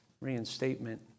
Reinstatement